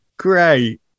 Great